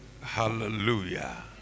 Hallelujah